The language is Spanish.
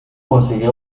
consigue